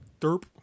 derp